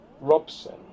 Robson